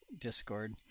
discord